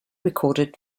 recorded